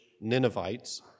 Ninevites